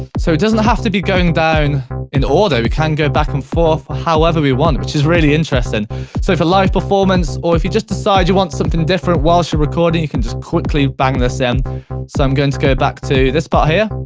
ah so it doesn't have to be going down in order we can go back and forth however we want which is really interesting so for live performance or if you just decide you want something different whilst you're recording you can just quickly bang this in so i'm going to go back to this part here.